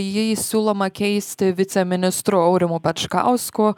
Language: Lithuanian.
jį siūloma keisti viceministru aurimu pečkausku